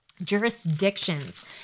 jurisdictions